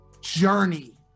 journey